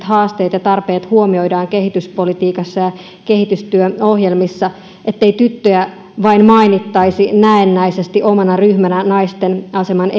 haasteet ja tarpeet huomioidaan kehityspolitiikassa ja kehitystyöohjelmissa ettei tyttöjä vain mainittaisi näennäisesti omana ryhmänä naisten aseman